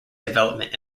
development